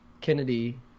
kennedy